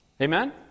Amen